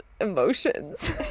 emotions